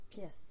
Yes